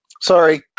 Sorry